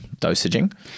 dosaging